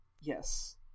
Yes